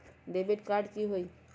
Debit card की होई?